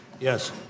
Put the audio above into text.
Yes